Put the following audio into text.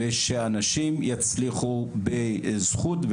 ושאנשים יצליחו בזכות,